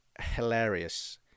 hilarious